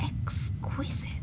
exquisite